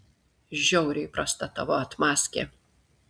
žiauriai prasta tavo atmazkė